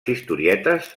historietes